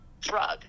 drug